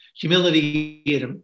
humility